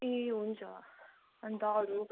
ए हुन्छ अन्त अरू